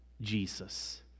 Jesus